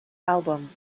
album